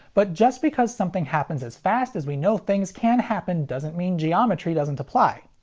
but just because something happens as fast as we know things can happen doesn't mean geometry doesn't apply.